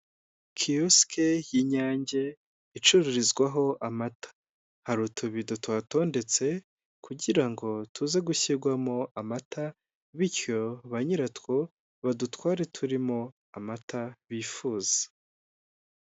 Kiyosike y'Inyange icururizwaho amata. Hari utubido tuhatondetse kugira ngo tuze gushyirwamo amata, bityo ba nyiratwo, badutware turimo amata bifuza.